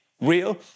real